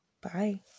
Bye